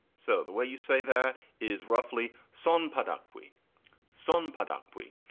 so the way you say that is roughly some put up. we some put up. we,